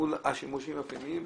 מול השימושים הפנימיים,